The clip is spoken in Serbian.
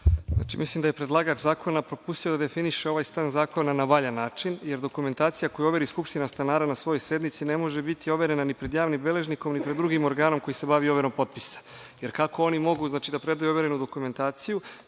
Nogo** Mislim da je predlagač zakona propustio da definiše ovaj stav zakona na valjan način, jer dokumentacija koju overi skupština stanara na svojoj sednici ne može biti overena ni pred javnim beležnikom ni pred drugim organom koji se bavi overom potpisa. Kako oni mogu da predaju overenu dokumentaciju?